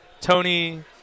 Tony –